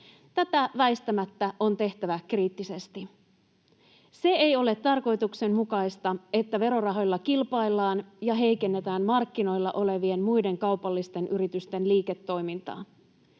Tätä väistämättä on tehtävä kriittisesti. Ei ole tarkoituksenmukaista, että verorahoilla kilpaillaan ja heikennetään markkinoilla olevien muiden, kaupallisten yritysten liiketoimintaa.